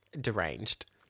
deranged